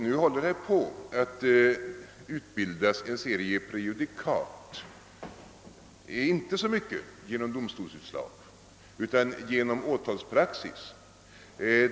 Nu håller det på att utbildas en serie prejudikat, inte så mycket genom domstolsutslag utan mera genom åtalspraxis.